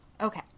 Okay